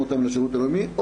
מביאים אותן לשירות הלאומי,